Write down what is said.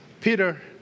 Peter